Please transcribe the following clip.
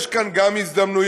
יש כאן גם הזדמנויות,